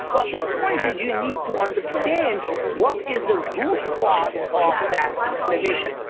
well the point is you need to understand what is the root cause of that inflammation?